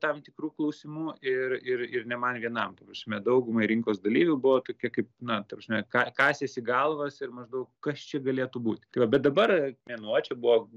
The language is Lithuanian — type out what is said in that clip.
tam tikrų klausimų ir ir ir ne man vienam ta prasme daugumai rinkos dalyvių buvo tokia kaip na ta prasme ką kasėsi galvas ir maždaug kas čia galėtų būti tai va bet dabar mėnuo čia buvo